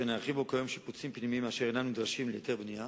שנערכים בו כיום שיפוצים פנימיים אשר אינם נדרשים להיתר בנייה.